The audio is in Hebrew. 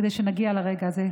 כדי שנגיע לרגע הזה.